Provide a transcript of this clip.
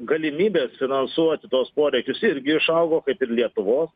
galimybės finansuoti tuos poreikius irgi išaugo kaip ir lietuvos